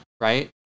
Right